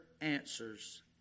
answers